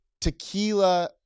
Tequila